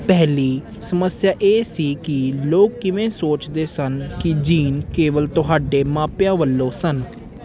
ਪਹਿਲੀ ਸਮੱਸਿਆ ਇਹ ਸੀ ਕਿ ਲੋਕ ਕਿਵੇਂ ਸੋਚਦੇ ਸਨ ਕਿ ਜੀਨ ਕੇਵਲ ਤੁਹਾਡੇ ਮਾਪਿਆਂ ਵੱਲੋਂ ਸਨ